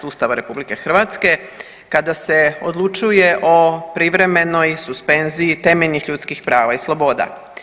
Ustava RH kada se odlučuje o privremenoj suspenziji temeljnih ljudskih prava i sloboda.